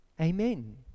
Amen